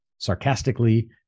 sarcastically